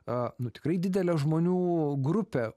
a nu tikrai didelę žmonių grupę